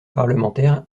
parlementaire